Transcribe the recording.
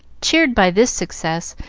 cheered by this success,